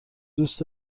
دوست